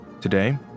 Today